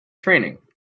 training